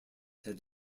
had